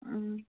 ᱩᱸ